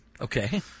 Okay